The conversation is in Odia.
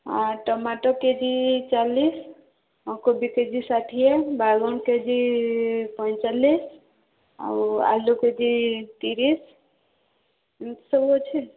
ଟମାଟୋ କେ ଜି ଚାଲିଶ କୋବି କେ ଜି ଷାଠିଏ ବାଇଗଣ କେ ଜି ପଇଁଚାଳିଶ ଆଉ ଆଳୁ କେ ଜି ତିରିଶ ଏମିତି ସବୁ ଅଛି